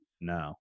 no